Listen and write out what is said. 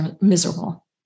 miserable